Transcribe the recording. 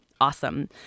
awesome